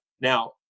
Now